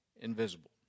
invisible